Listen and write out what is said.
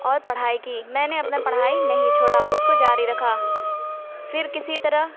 اور پڑھائی کی میں نے اپنی پڑھائی نہیں چھوڑا اس کو جاری رکھا پھر کسی طرح